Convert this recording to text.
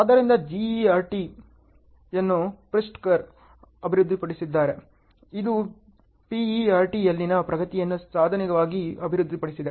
ಆದ್ದರಿಂದ GERT ಯನ್ನು Pritsker ಅಭಿವೃದ್ಧಿಪಡಿಸಿದ್ದಾರೆ ಇದು PERT ಯಲ್ಲಿನ ಪ್ರಗತಿಗೆ ಸಾಧನವಾಗಿ ಅಭಿವೃದ್ಧಿಪಡಿಸಿದೆ